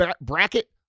bracket